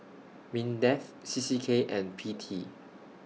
Mindef C C K and P T